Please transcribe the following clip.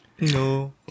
No